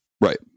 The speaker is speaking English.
Right